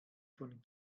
von